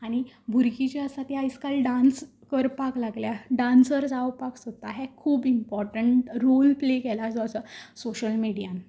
आनी भुरगीं जीं आसा तीं आयज काल डान्स करपाक लागल्या डान्सर जावपाक सोदता हें खूब इमपोर्टंट रोल प्ले केला तो सोशल मिडियान